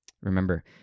Remember